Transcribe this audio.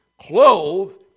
clothed